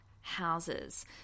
houses